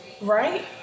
Right